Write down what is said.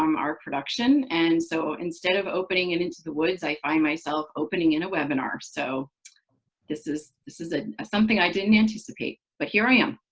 um our production. and so instead of opening in into the woods, i find myself opening in a webinar. so this is this is ah something i didn't anticipate, but here i am.